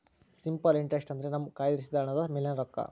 simple interest ಅಂದ್ರೆ ನಮ್ಮ ಕಯ್ದಿರಿಸಿದ ಹಣದ ಮೇಲಿನ ರೊಕ್ಕ